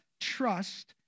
trust